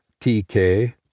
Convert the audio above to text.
TK